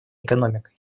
экономикой